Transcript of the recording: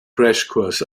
crashkurs